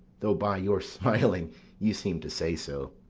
though by your smiling you seem to say so.